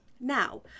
Now